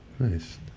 Nice